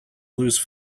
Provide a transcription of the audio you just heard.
lose